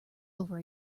over